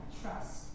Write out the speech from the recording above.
trust